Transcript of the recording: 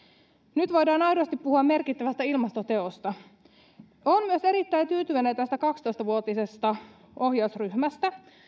nyt voidaan aidosti puhua merkittävästä ilmastoteosta olen myös erittäin tyytyväinen tästä kaksitoista vuotisesta ohjausryhmästä